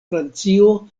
francio